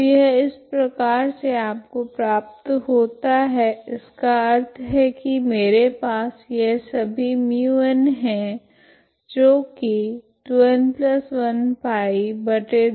तो यह इस प्रकार से आपको प्राप्त होता है इसका अर्थ है की मेरे पास यह सभी μn है जो की है